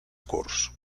curs